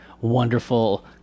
wonderful